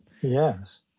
Yes